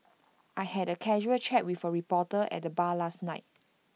I had A casual chat with A reporter at the bar last night